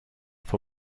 for